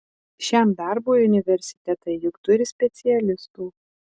šiam darbui universitetai juk turi specialistų